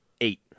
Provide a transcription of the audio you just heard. Eight